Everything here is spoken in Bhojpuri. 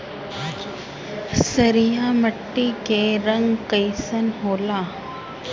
क्षारीय मीट्टी क रंग कइसन होला?